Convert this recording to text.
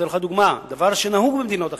אתן לך דוגמה, דבר שנהוג במדינות אחרות.